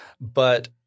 but-